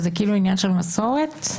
זה עניין של מסורת?